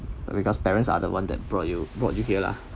because parents are the one that brought you brought you here lah